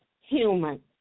human